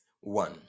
One